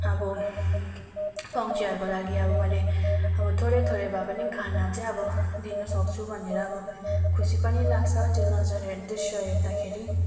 अब पन्छीहरूको लागि अब मैले अब थोरै थोरै भए पनि खाना चाहिँ अब दिनु सक्छु भनेर अब खुसी पनि लाग्छ त्यो नजर दृश्य हेर्दाखेरि